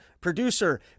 Producer